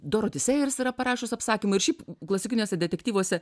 doroti sejers yra parašiusi apsakymą ir šiaip klasikiniuose detektyvuose